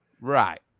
Right